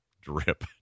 drip